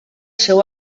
seu